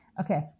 Okay